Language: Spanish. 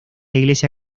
iglesia